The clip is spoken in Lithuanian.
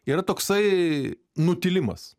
yra toksai nutylimas